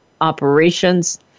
operations